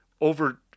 over